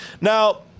Now